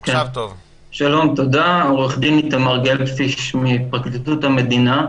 שלום, תודה, אני מפרקליטות המדינה.